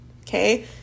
okay